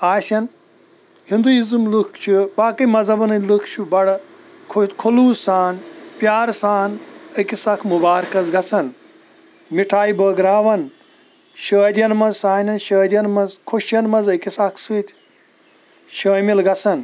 آسَن ہندوٗیزم لُکھ چھِ باقی مذہَبن ہٕنٛدۍ لُکھ چھِ بڑٕ خٔلوٗص سان پیارٕ سان أکِس اکھ مُبارٕکِس گژھان مِٹھایہِ بٲگراوان شٲدین منٛز سانین شٲدین منٛز خوشین منٛز أکِس اکھ سۭتۍ شٲمِل گژھان